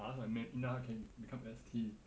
I ask my ma'am how can he become S_T